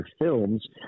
films